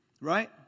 right